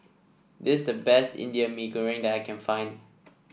this is the best Indian Mee Goreng that I can find